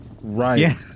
Right